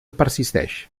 persisteix